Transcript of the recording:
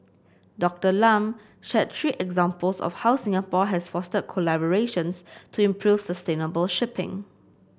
Doctor Lam shared three examples of how Singapore has fostered collaborations to improve sustainable shipping